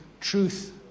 truth